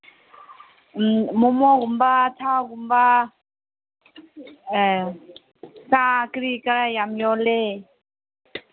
ꯃꯣꯃꯣꯒꯨꯝꯕ ꯁꯥꯒꯨꯝꯕ ꯆꯥ ꯀꯔꯤ ꯀꯔꯥ ꯌꯥꯝ ꯌꯣꯜꯂꯦ